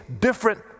different